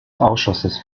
ausschusses